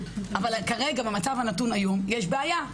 אבל כרגע, במצב הנתון היום יש בעיה.